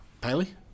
Paley